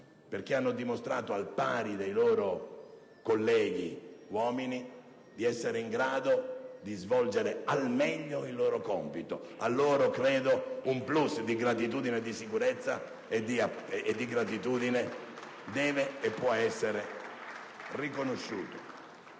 perché hanno dimostrato, al pari dei loro colleghi uomini, di essere in grado di svolgere al meglio il loro compito. A loro, credo, un *plus* di sicurezza e di gratitudine deve e può essere riconosciuto.